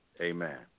Amen